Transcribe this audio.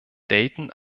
dayton